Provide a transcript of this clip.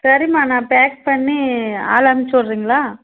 சரிம்மா நான் பேக் பண்ணி ஆள் அனுப்பிச்சு விட்றிங்களா